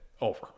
over